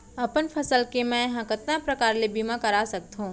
अपन फसल के मै ह कतका प्रकार ले बीमा करा सकथो?